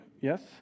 Yes